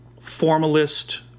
formalist